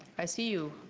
i see you.